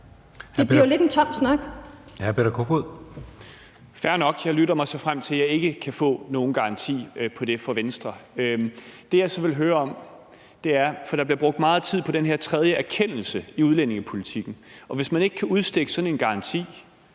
Peter Kofod. Kl. 14:35 Peter Kofod (DF): Fair nok. Jeg lytter mig så frem til, at jeg ikke kan få nogen garanti på det fra Venstre. Der bliver brugt meget tid på den her tredje erkendelse i udlændingepolitikken, og hvis man ikke kan udstikke sådan en garanti,